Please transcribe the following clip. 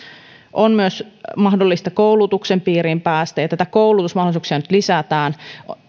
on myös mahdollista päästä koulutuksen piiriin ja näitä koulutusmahdollisuuksia nyt lisätään